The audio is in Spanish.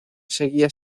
seguía